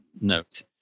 note